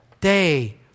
day